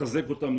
לחזק אותן,